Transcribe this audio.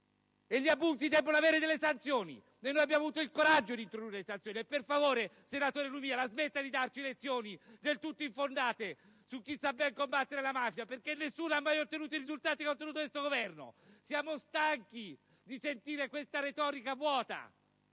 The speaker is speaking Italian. Gli abusi debbono avere delle sanzioni e noi abbiamo avuto il coraggio di introdurre le sanzioni! Per favore, senatore Lumia, la smetta di darci lezioni, del tutto infondate, su chi sa ben combattere la mafia, perché nessuno ha mai ottenuto i risultati che ha ottenuto questo Governo! Siamo stanchi di sentire questa retorica vuota,